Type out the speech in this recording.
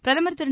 பிரதமர் திரு